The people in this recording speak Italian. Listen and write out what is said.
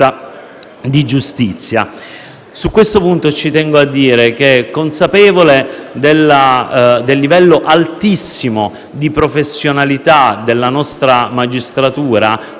di giustizia. Su questo punto tengo a dire che, consapevole del livello altissimo di professionalità della nostra magistratura,